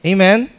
Amen